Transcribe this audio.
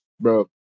bro